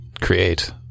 create